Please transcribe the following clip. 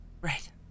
Right